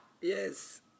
yes